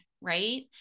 right